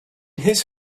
his